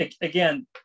again